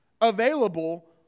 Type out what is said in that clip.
available